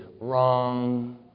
wrong